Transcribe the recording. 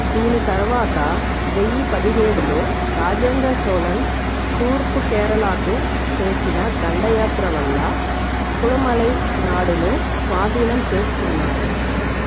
దీని తరువాత వెయ్యి పదిహేడులో రాజేంద్ర చోళన్ తూర్పు కేరళకు చేసిన దండయాత్ర వల్ల కుడమళై నాడును స్వాధీనం చేసుకున్నారు